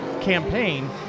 campaign